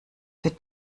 für